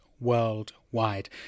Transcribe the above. worldwide